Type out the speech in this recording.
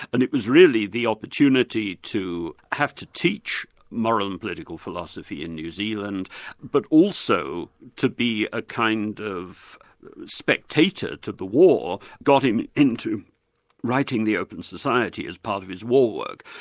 and it was really the opportunity to have to teach moral and political philosophy in new zealand but also to be a kind of spectator to the war, got him into writing the open society as part of his war work.